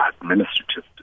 administrative